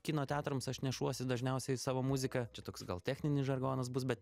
kino teatrams aš nešuosi dažniausiai savo muziką čia toks gal techninis žargonas bus bet